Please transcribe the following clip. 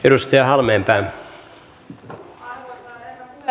arvoisa herra puhemies